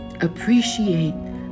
Appreciate